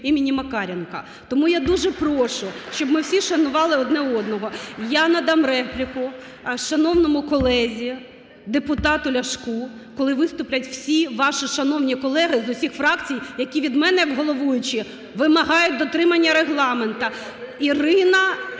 Тому я дуже прошу, щоб ми всі шанували один одного. Я надам репліку шановному колезі депутату Ляшку, коли виступлять всі ваші шановні колеги з усіх фракцій, які від мене як головуючої вимагають дотримання Регламенту: Ірина,